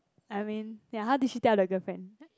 I mean ya how did she tell the girlfriend